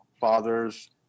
fathers